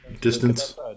distance